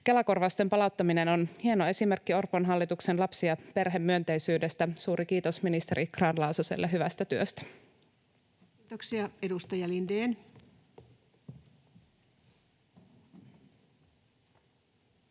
Kela-korvausten palauttaminen on hieno esimerkki Orpon hallituksen lapsi- ja perhemyönteisyydestä. Suuri kiitos ministeri Grahn-Laasoselle hyvästä työstä. [Speech 193]